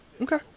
Okay